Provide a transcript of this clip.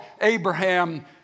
Abraham